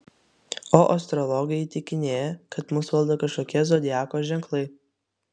o astrologai įtikinėja kad mus valdo kažkokie zodiako ženklai